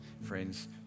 Friends